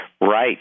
right